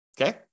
Okay